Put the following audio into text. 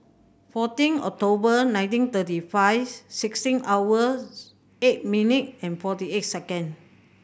fourteen October nineteen thirty five sixteen hour eight minute and forty eight second